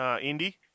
Indy